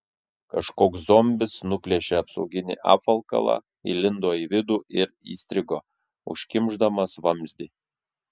kažkoks zombis nuplėšė apsauginį apvalkalą įlindo į vidų ir įstrigo užkimšdamas vamzdį